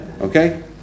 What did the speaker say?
Okay